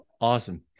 Awesome